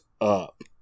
up